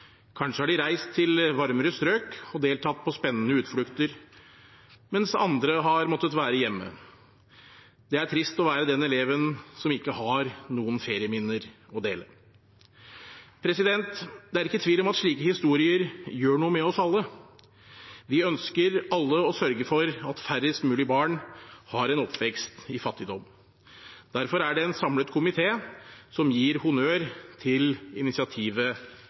Kanskje har de reist til varmere strøk og deltatt på spennende utflukter, mens andre har måttet være hjemme. Det er trist å være den eleven som ikke har noen ferieminner å dele. Det er ikke tvil om at slike historier gjør noe med oss alle. Vi ønsker alle å sørge for at færrest mulige barn har en oppvekst i fattigdom. Derfor er det en samlet komité som gir honnør til initiativet